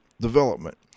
development